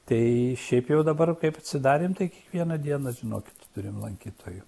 tai šiaip jau dabar kaip atsidarėm tai vieną dieną žinokit turim lankytojų